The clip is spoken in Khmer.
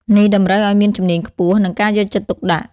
នេះតម្រូវឱ្យមានជំនាញខ្ពស់ និងការយកចិត្តទុកដាក់។